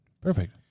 Perfect